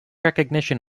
recognition